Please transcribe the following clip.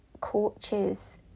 coaches